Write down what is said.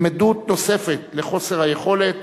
היא עדות נוספת לחוסר היכולת